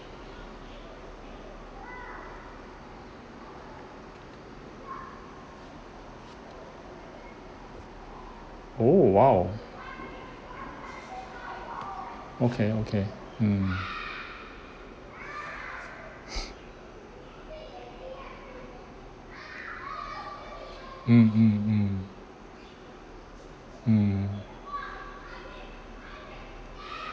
!ow! !wow! okay okay mm mm mm mm mm mm